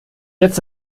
jetzt